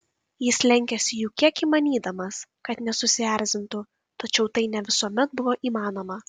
jis lenkėsi jų kiek įmanydamas kad nesusierzintų tačiau tai ne visuomet buvo įmanoma